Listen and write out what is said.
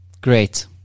great